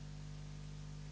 Hvala.